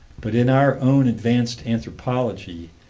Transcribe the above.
but in our own advanced anthropology,